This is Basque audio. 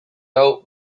hau